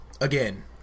Again